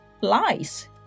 lies